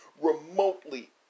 remotely